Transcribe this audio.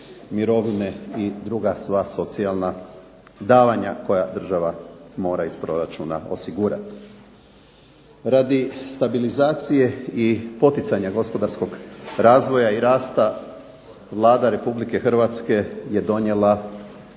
mirovine i druga sva socijalna davanja koja država mora iz proračuna osigurati. Radi stabilizacije i poticanja gospodarskog razvoja i rasta Vlada Republike Hrvatske je donijela,